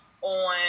on